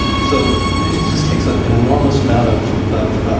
so it just takes ah an enormous amount of of